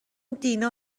دینا